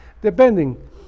depending